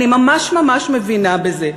אני ממש ממש מבינה בזה.